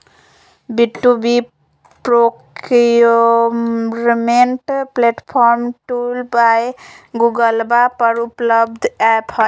B two B procurement platform tool by गूगलवा पर उपलब्ध ऐप हई